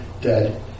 dead